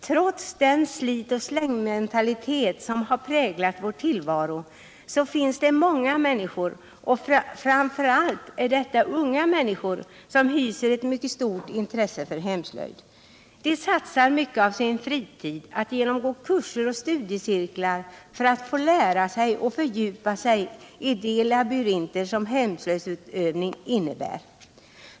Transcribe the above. Trots den slit-och-släng-mentalitet som har präglat vår tillvaro finns det många människor — framför allt unga människor — som hyser ett stort intresse för hemslöjd. De satsar mycket av sin fritid på att genomgå kurser och studiecirklar för att fördjupa sig i de labyrinter som hemslöjdsutövning innebär.